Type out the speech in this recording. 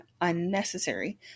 unnecessary